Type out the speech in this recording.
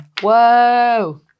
Whoa